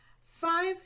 five